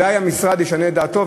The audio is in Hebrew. אולי המשרד ישנה את דעתו,